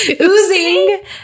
oozing